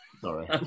sorry